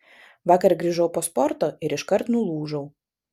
vakar grįžau po sporto ir iškart nulūžau